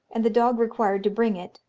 and the dog required to bring it,